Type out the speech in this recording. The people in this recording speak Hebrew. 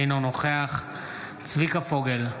אינו נוכח צביקה פוגל,